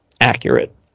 accurate